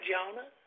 Jonah